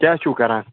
کیٛاہ چھُو کران